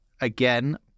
again